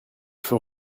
faut